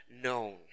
known